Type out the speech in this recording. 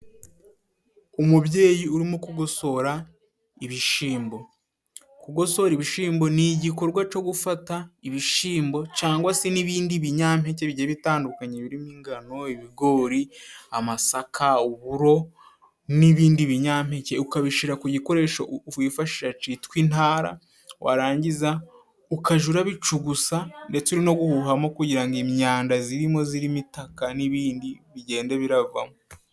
Umubyeyi urimo kugosora ibishimbo. Kugosora ibishyimbo ni igikorwa cyo gufata ibishyimbo cangwa se n'ibindi binyampeke bigiye bitandukanye birimo ingano, ibigori, amasaka, uburo n'ibindi binyampeke, ukabishyira ku gikoresho wifashisha citwa intara, warangiza ukaja urabicugusa ndetse uri no guhuhamo, kugirango imyanda zirimo itaka n'ibindi bigende biravamo.